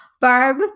Barb